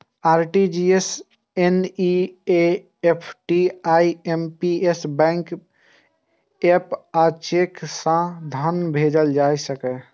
RTGS, NEFT, IMPS, bank app आ cheque सं धन भेजल जा सकैए